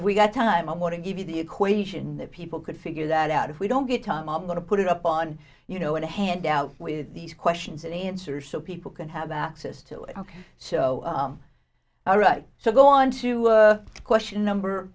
we got time i want to give you the equation that people could figure that out if we don't get tom i'm going to put it up on you know in a handout with these questions and answers so people can have access to it ok so all right so go on to question number